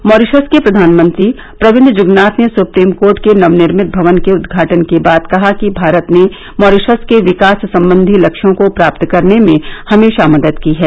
Mauritius के प्रधानमंत्री Pravind Jugnauth ने सुप्रीम कोर्ट के नवनिर्मित भवन के उदघाटन के बाद कहा कि भारत ने मारीशस के विकास संबंधी लल्यों को प्राप्त करने में हमेशा मदद की है